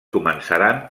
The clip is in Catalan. començaran